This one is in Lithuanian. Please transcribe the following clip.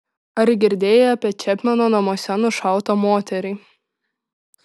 ar girdėjai apie čepmeno namuose nušautą moterį